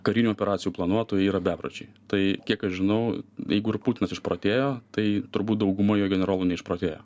karinių operacijų planuotojai yra bepročiai tai kiek aš žinau jeigu ir putinas išprotėjo tai turbūt dauguma jo generolų neišprotėjo